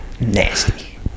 nasty